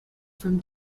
from